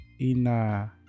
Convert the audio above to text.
Ina